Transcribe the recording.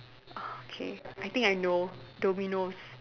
oh okay I think I know Domino's